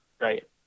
Right